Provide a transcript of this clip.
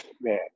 man